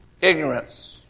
ignorance